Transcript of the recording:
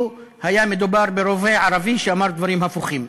היה מדובר ברופא ערבי שאמר דברים הפוכים,